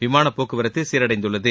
விமானப் போக்குவரத்து சீரடைந்துள்ளது